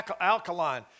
alkaline